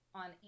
on